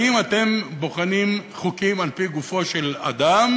האם אתם בוחנים חוקים על-פי גופו של אדם